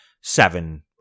seven